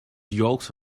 yolks